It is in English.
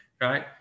Right